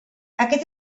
aquest